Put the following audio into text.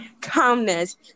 calmness